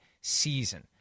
season